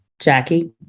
Jackie